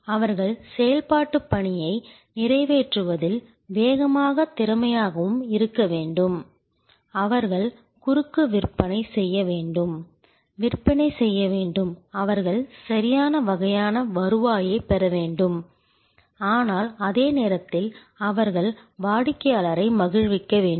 அவர்கள் செயல்பாட்டு பணியை நிறைவேற்றுவதில் வேகமாகவும் திறமையாகவும் இருக்க வேண்டும் அவர்கள் குறுக்கு விற்பனை செய்ய வேண்டும் விற்பனை செய்ய வேண்டும் அவர்கள் சரியான வகையான வருவாயைப் பெற வேண்டும் ஆனால் அதே நேரத்தில் அவர்கள் வாடிக்கையாளரை மகிழ்விக்க வேண்டும்